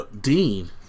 Dean